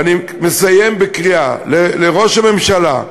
אני מסיים בקריאה לראש הממשלה,